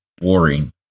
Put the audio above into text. boring